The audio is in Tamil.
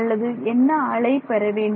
அல்லது என்ன அலை பெற வேண்டும்